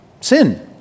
sin